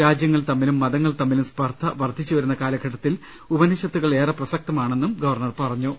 രാജ്യങ്ങൾ തമ്മിലും മതങ്ങൾ തമ്മിലും സ്പർദ്ധ വർദ്ധിച്ചുവരുന്ന കാലഘട്ടത്തിൽ ഉപനിഷത്തുകൾ ഏറെ പ്രസ ക്തമാണെന്ന് ഗവർണർ പറഞ്ഞു